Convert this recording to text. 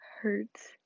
hurts